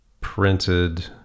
printed